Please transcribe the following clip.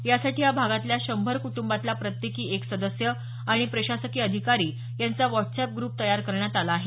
यासाठी त्या भागातल्या शंभर कुटुंबातला प्रत्येकी एक सदस्य आणि प्रशासकीय अधिकारी यांचा व्हाट्सअप ग्रूप तयार करण्यात आला आहे